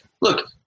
look